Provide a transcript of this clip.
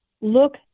look